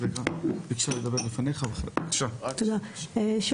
ויש לנו עוד מעט פיזה, וכשיהיה פיזה נקבל